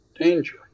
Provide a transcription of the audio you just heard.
danger